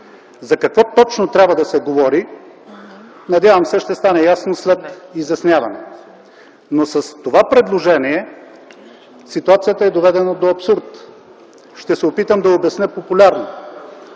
За какво точно трябва да се говори, надявам се ще стане ясно след изясняване. Но с това предложение ситуацията е доведена до абсурд. Ще се опитам да обясня популярно: